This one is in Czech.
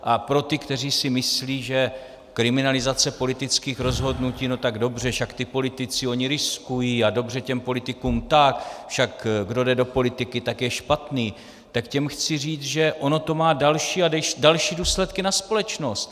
A pro ty, kteří si myslí, že kriminalizace politických rozhodnutí, no tak dobře, však ti politici riskují a dobře těm politikům tak, však kdo jde do politiky, tak je špatný, tak těm chci říct, že ono to má další a další důsledky na společnost.